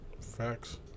Facts